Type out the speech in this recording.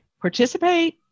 participate